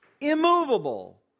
immovable